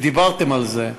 ודיברתם על זה,